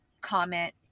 comment